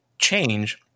change